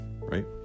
right